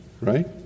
right